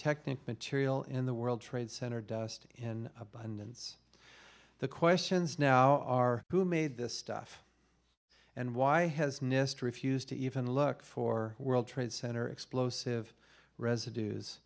pyrotechnic material in the world trade center dust in abundance the questions now are who made this stuff and why has nist refused to even look for world trade center explosive residue is